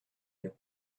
you